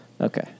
Okay